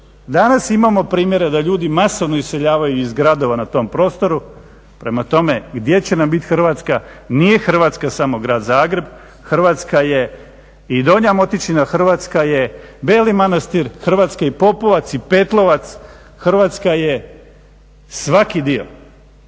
Danas imamo primjere da ljudi masovno iseljavaju iz gradova na tom prostoru. Prema tome gdje će nam bit Hrvatska, nije Hrvatska samo grad Zagreb, Hrvatska je i Donja Motičina, Hrvatska je Beli Manastir, Hrvatska je i Popovac i Petlovac, Hrvatska je svaki dio,